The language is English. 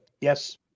Yes